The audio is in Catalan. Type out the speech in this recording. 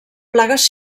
plagues